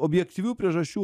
objektyvių priežasčių